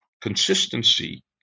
consistency